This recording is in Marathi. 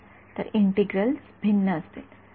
तर इंटिग्रल भिन्न असतील